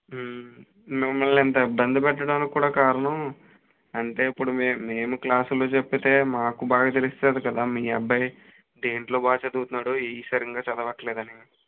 మిమ్మల్ని ఇంత ఇబ్బంది పెట్టడానికి కూడా కారణం అంటే ఇప్పుడు మేం మేము క్లాసులు చెప్తే మాకు బాగా తెలుస్తుంది కదా మీ అబ్బాయి దేంట్లో బాగా చదువుతున్నాడో ఏవి సరిగ్గా చదవట్లేదో అని